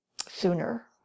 sooner